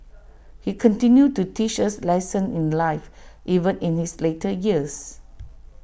he continued to teach us lessons in life even in his later years